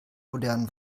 modern